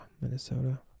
Minnesota